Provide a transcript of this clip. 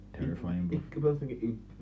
terrifying